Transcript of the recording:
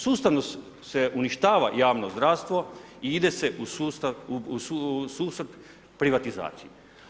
Sustavno se uništava javno zdravstvo i ide se u sustav privatizacije.